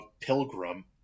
pilgrim